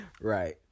Right